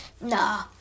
Nah